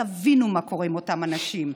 תבינו מה קורה עם אותם אנשים.